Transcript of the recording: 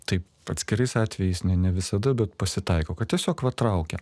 taip atskirais atvejais ne ne visada bet pasitaiko kad tiesiog va traukia